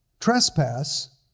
trespass